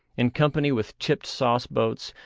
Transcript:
in company with chipped sauce boats,